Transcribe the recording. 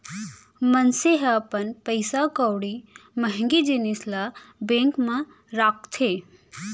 मनसे ह अपन पइसा कउड़ी महँगी जिनिस ल बेंक म राखथे